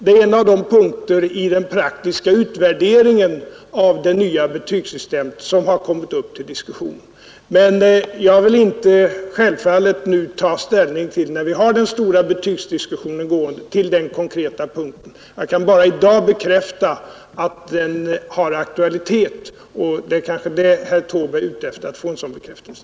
Det är en av de punkter i den praktiska utvärderingen av det nya betygssystemet som kommit upp till diskussion. Men jag vill självfallet inte nu medan den stora betygsdiskussionen pagar ta ställning till den konkreta punkten. Jag kan bara i dag bekräfta att frågan aktualiserats. och en sadan bekräftelse är kanske vad herr Taube ville ha.